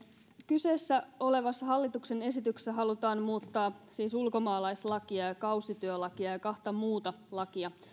kyseessä olevassa hallituksen esityksessä halutaan siis muuttaa ulkomaalaislakia ja kausityölakia ja kahta muuta lakia